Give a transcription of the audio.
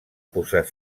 posar